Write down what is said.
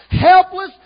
helpless